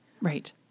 Right